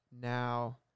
now